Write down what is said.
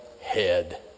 head